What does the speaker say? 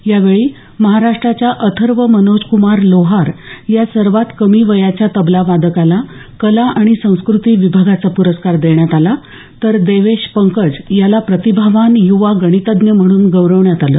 यावेळी महाराष्ट्राच्या अथर्व मनोजक्मार लोहार या सर्वात कमी वयाच्या तबलावादकाला कला आणि संस्कृती विभागाचा प्रस्कार देण्यात आला तर देवेश पंकज याला प्रतिभावान युवा गणितज्ज्ञ म्हणून गौरवण्यात आलं